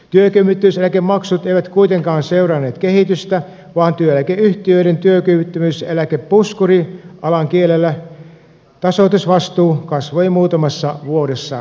työkyvyttömyyseläkemaksut eivät kuitenkaan seuranneet kehitystä vaan työeläkeyhtiöiden työkyvyttömyyseläkepuskuri alan kielellä tasoitusvastuu kasvoi muutamassa vuodessa kaksinkertaiseksi